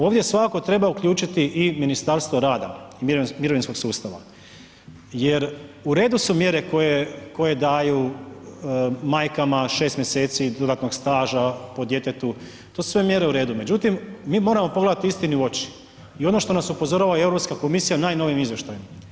Ovdje svakako treba uključiti i Ministarstvo rada i mirovinskog sustava jer u redu su mjere koje daju majkama 6 mjeseci radnog staža po djetetu to su sve mjere u redu, međutim mi moramo pogledati istini u oči i ono što nas upozorava i Europska komisija najnovijim izvještajem.